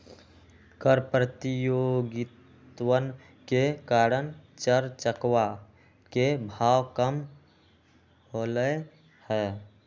कर प्रतियोगितवन के कारण चर चकवा के भाव कम होलय है